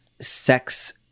sex